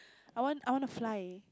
I want I want to fly